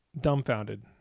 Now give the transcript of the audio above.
Dumbfounded